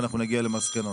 ואנחנו נגיע למסקנות.